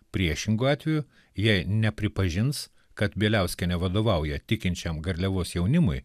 priešingu atveju jei nepripažins kad bieliauskienė vadovauja tikinčiam garliavos jaunimui